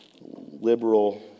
liberal